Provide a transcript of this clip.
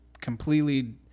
completely